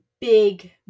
Big